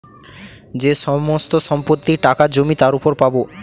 যে সমস্ত সম্পত্তি, টাকা, জমি তার উপর পাবো